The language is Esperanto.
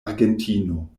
argentino